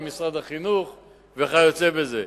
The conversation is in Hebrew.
משרד החינוך וכיוצא בזה.